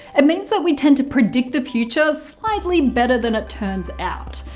it means that we tend to predict the future slightly better than it turns out.